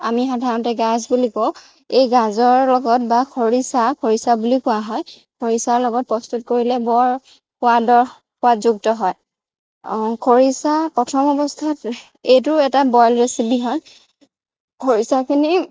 আমি সাধাৰণতে গাজ বুলি কওঁ এই গাজৰ লগত বা খৰিচা খৰিচা বুলি কোৱা হয় খৰিচাৰ লগত প্ৰস্তুত কৰিলে বৰ সোৱাদৰ সোৱাদযুক্ত হয় খৰিচা প্ৰথম অৱস্থাত এইটো এটা বইল ৰেচিপি হয় খৰিচাখিনি